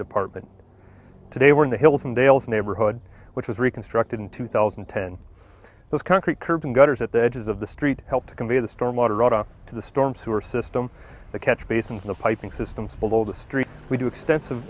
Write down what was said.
department today we're in the hills and dales neighborhood which was reconstructed in two thousand and ten those concrete curb and gutters at the edges of the street helped to convey the stormwater order to the storm sewer system the catch basins the piping systems below the streets we do extensive